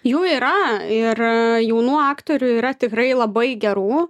jų yra ir jaunų aktorių yra tikrai labai gerų